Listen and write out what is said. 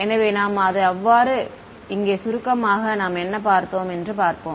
எனவே அது அவ்வாறே இங்கே சுருக்கமாக நாம் என்ன பார்த்தோம் என்று பார்ப்போம்